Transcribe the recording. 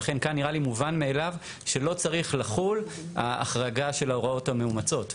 ולכן כאן נראה לי מובן מאליו שלא צריך לחול ההחרגה של ההוראות המאומצות.